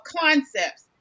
concepts